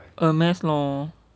a mass lor